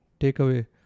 takeaway